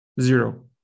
Zero